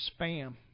spam